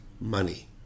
money